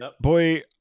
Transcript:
boy